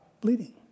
bleeding